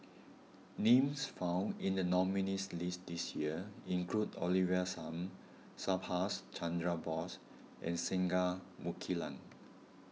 names found in the nominees' list this year include Olivia Lum Subhas Chandra Bose and Singai Mukilan